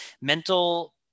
mental